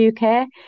UK